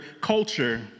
culture